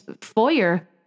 foyer